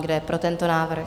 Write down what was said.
Kdo je pro tento návrh?